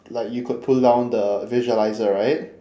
like you could pull down the visualiser right